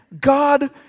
God